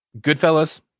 Goodfellas